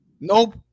Nope